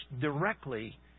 directly